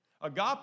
agape